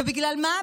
ובגלל מה?